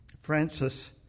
Francis